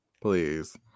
Please